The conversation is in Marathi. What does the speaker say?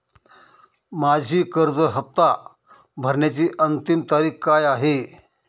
माझी कर्ज हफ्ता भरण्याची अंतिम तारीख काय आहे?